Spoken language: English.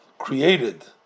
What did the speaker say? created